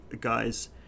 guys